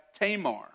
Tamar